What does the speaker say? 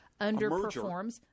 underperforms